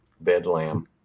bedlam